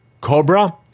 Cobra